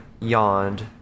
Yawned